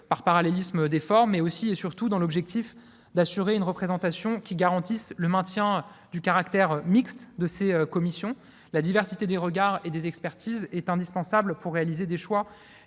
par parallélisme des formes, mais aussi et surtout dans l'objectif d'assurer une représentation garantissant le maintien du caractère mixte de ces commissions. La diversité des regards et des expertises est indispensable pour faire les choix